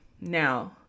Now